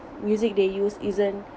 music they use isn't